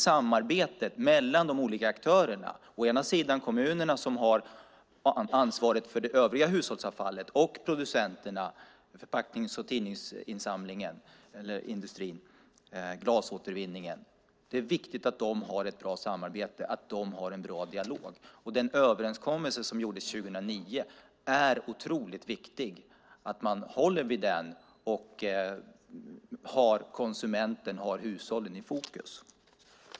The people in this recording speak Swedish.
Samarbetet mellan de olika aktörerna är viktigt, å ena sidan kommunerna som har ansvaret för det övriga hushållsavfallet, å andra sidan producenterna och förpacknings och tidningsindustrin samt glasåtervinningen. Det är viktigt att de har ett bra samarbete och en bra dialog. Den överenskommelse som gjordes 2009 är otroligt viktig. Man ska hålla fast vid den och ha konsumenten och hushållen i fokus.